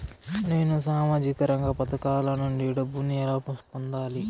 నేను సామాజిక రంగ పథకాల నుండి డబ్బుని ఎలా పొందాలి?